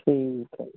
ਠੀਕ ਹੈ ਜੀ